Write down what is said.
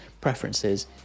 preferences